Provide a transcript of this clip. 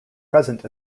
present